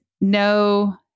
no